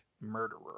murderer